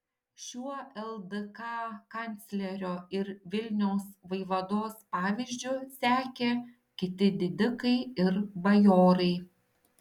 šiuo ldk kanclerio ir vilniaus vaivados pavyzdžiu sekė kiti didikai ir bajorai